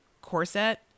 corset